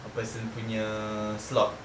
uh person punya slot